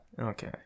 Okay